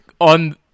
on